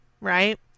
right